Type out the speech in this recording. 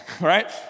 right